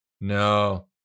no